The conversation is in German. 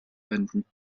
wenden